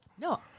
no